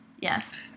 Yes